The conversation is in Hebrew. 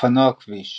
אופנוע כביש